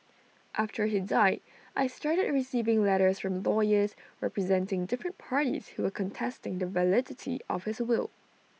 after he died I started receiving letters from lawyers representing different parties who were contesting the validity of his will